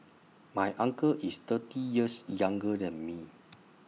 my uncle is thirty years younger than me